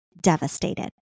devastated